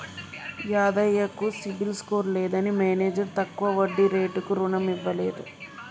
యాదయ్య కు CIBIL score లేదని manager తక్కువ వడ్డీ రేటుకు రుణం ఇవ్వలేదు